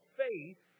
faith